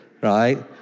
right